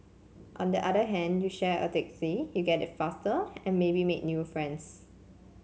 on the other hand you share a taxi you get it faster and maybe make new friends